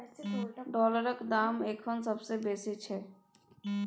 डॉलरक दाम अखन सबसे बेसी छै